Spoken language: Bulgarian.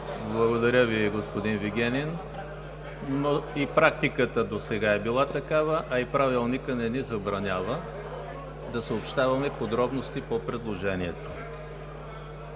Благодаря Ви, господин Вигенин, но и практиката досега е била такава, а и Правилникът не ни забранява да съобщаваме подробности по предложенията.